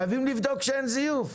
חייבים לבדוק שאין זיופים.